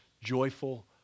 joyful